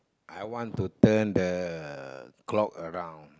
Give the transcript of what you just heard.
I want to turn the clock around